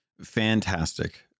fantastic